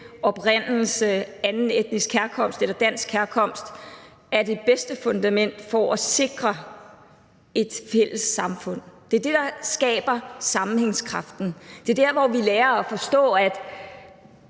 oprindelse, anden etnisk herkomst eller dansk herkomst, er det bedste fundament for at sikre et fælles samfund. Det er det, der skaber sammenhængskraften. Det er der, hvor vi lærer at forstå, at